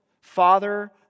father